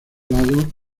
lado